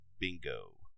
Bingo